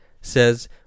says